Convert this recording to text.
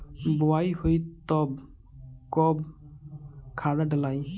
बोआई होई तब कब खादार डालाई?